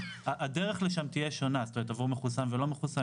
הדרך לשם תהיה שונה עבור מחוסן או לא מחוסן,